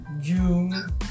June